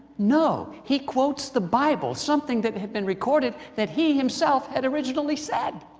no, he quotes the bible something that had been recorded that he himself had originally said.